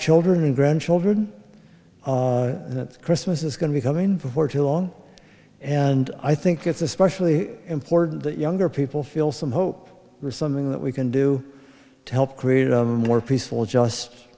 children and grandchildren that christmas is going to be coming before too long and i think it's especially important that younger people feel some hope for something that we can do to help create a more peaceful just